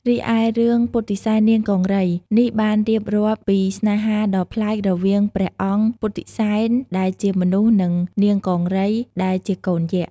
រីឯរឿង ពុទ្ធិសែននាងកង្រី នេះបានរៀបរាប់ពីស្នេហាដ៏ប្លែករវាងព្រះអង្គ ពុទ្ធិសែន ដែលជាមនុស្ស និង នាង កង្រី ដែលជាកូនយក្ស។